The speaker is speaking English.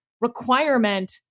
requirement